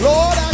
Lord